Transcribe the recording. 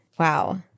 Wow